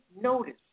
notice